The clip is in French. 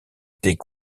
était